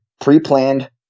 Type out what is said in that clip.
pre-planned